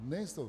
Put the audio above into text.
Nejsou.